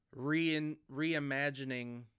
reimagining